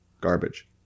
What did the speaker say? garbage